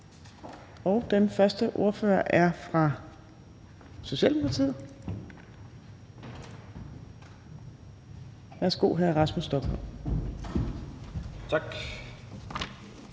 og den første ordfører er fra Socialdemokratiet. Værsgo, hr. Rasmus